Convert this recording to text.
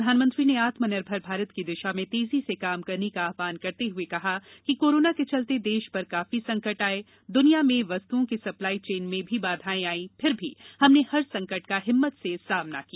प्रधानमंत्री ने आत्मनिर्भर भारत की दिशा में तेजी से काम करने का आवहन करते हुए कहा कि कोरोना के चलते देश पर काफी संकट आये दुनिया में वस्तुओं की सप्लाई चेन में भी बाधायें आई फिर भी हमने हर संकट का हिम्मत से सामना किया